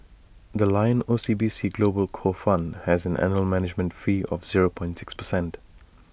the lion O C B C global core fund has an annual management fee of zero point six percent